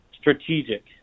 strategic